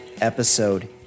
episode